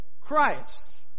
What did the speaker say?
Christ